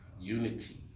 unity